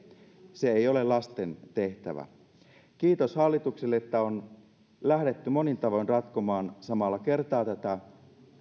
se ei ole lasten tehtävä kiitos hallitukselle että on lähdetty monin tavoin ratkomaan samalla kertaa tätä